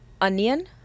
Onion